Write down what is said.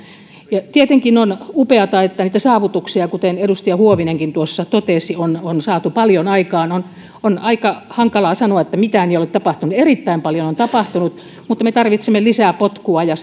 tietenkin on upeata että niitä saavutuksia kuten edustaja huovinenkin totesi on on saatu paljon aikaan on on aika hankalaa sanoa että mitään ei ole tapahtunut erittäin paljon on tapahtunut mutta me tarvitsemme lisää potkua ja